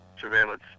surveillance